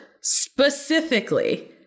specifically